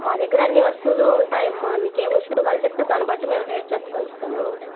మా దగ్గర అన్ని వస్తువులు ఉంటాయమ్మా మీకు ఏ వస్తువు కావాలో చెప్తే దాన్ని బట్టి మేము రేట్ చెప్పగలుగుతాము